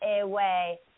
away